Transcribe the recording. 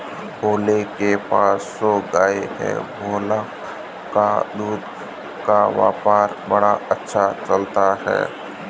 भोला के पास सौ गाय है भोला का दूध का व्यापार बड़ा अच्छा चलता है